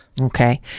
Okay